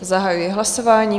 Zahajuji hlasování.